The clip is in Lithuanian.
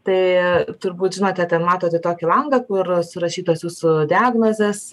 tai turbūt žinote ten matote tokį langą kur surašytos jūsų diagnozės